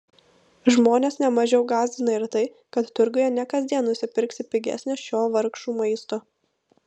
žmones ne mažiau gąsdina ir tai kad turguje ne kasdien nusipirksi pigesnio šio vargšų maisto